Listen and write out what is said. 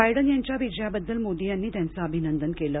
Biden यांच्या विजयाबद्दल मोदी यांनी त्यांचं अभिनंदन केलं